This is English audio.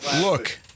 Look